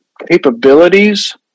capabilities